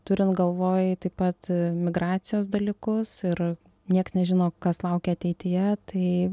turint galvoj taip pat emigracijos dalykus ir nieks nežino kas laukia ateityje tai